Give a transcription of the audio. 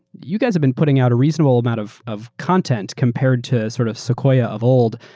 you guys have been putting out a reasonable amount of of content compared to sort of sequoia of old,